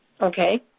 Okay